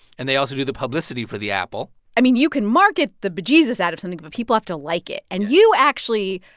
and they also do the publicity for the apple i mean, you can market the bejesus out of something, but people have to like it. and you actually,